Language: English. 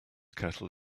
kettle